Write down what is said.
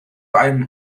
einem